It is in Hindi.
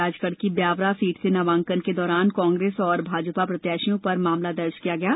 राजगढ की ब्यावरा सीट से नामांकन के दौरान कांग्रेस और भाजपा प्रत्याशियों पर मामला दर्ज किया गया है